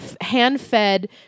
hand-fed